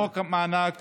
חוק מענק